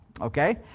Okay